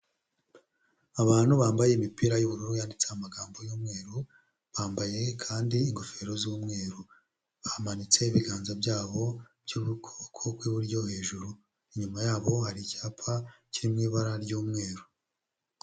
Abantu bambaye imipira y'ubururu yanditse amagambo y'umweru bambaye kandi ingofero z'umweru, bamanitse ibiganza byabo by'ukuboko kw'iburyo hejuru, inyuma yabo hari icyapa kiri mu ibara ry'umweru.